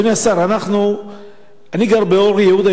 אדוני השר, אני גר באור-יהודה.